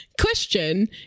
question